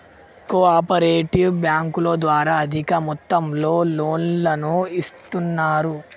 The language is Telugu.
కో ఆపరేటివ్ బ్యాంకుల ద్వారా అధిక మొత్తంలో లోన్లను ఇస్తున్నరు